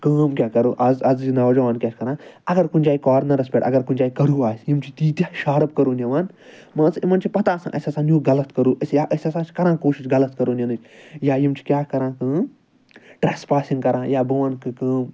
کٲم کیٛاہ کرو آز آزٕچۍ نوجوان کیٛاہ چھِ کران اَگر کُنہِ جایہِ کوارنَرَس پٮ۪ٹھ اَگر کُنہِ جایہِ کٔرٕو آسہِ یِم چھِ تیٖتیٛاہ شارٕپ کٔرٕو نِوان مان ژٕ یِمَن چھِ پَتہ آسان اسہِ ہسا نیٛو غلط کٔرٕو أسۍ یا أسۍ ہسا چھِ کران کوٗشِش غلط کٔرٕو نِنٕچۍ یا یِم چھِ کیٛاہ کران کٲم ٹرٛیٚسپاسِنٛگ کران یا بہٕ وَنہٕ کٲم